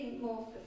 more